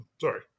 sorry